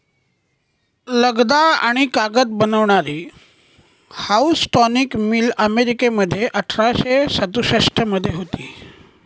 लगदा आणि कागद बनवणारी हाऊसटॉनिक मिल अमेरिकेमध्ये अठराशे सदुसष्ट मध्ये होती